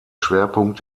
schwerpunkt